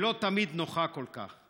שלא תמיד נוחה כל כך.